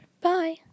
Bye